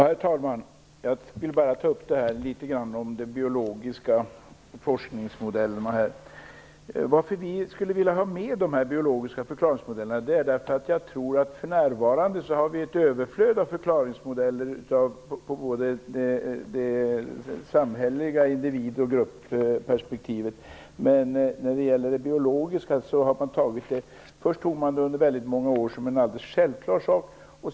Herr talman! Jag vill bara ta upp litet grand om de biologiska forskningsmodellerna. Varför vi vill ha med de biologiska förklaringsmodellerna är därför att jag tror att det för närvarande finns ett överflöd av förklaringsmodeller såväl från det samhälleliga som från det individuella och gruppperspektivet. Men när det gäller det biologiska tog man det under många år som en alldeles självklar sak.